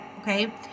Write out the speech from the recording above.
Okay